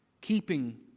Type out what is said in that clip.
keeping